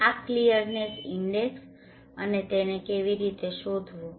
આ clearness index અને તેને કેવી રીતે શોધવું